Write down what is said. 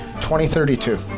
2032